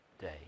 day